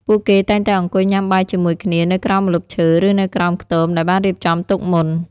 ពួកគេតែងតែអង្គុយញ៉ាំបាយជាមួយគ្នានៅក្រោមម្លប់ឈើឬនៅក្រោមខ្ទមដែលបានរៀបចំទុកមុន។